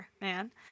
man